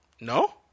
No